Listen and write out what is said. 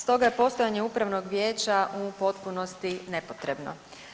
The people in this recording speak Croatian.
Stoga je postojanje upravnog vijeća u potpunosti nepotrebno.